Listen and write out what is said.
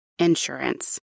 insurance